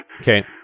Okay